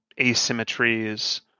asymmetries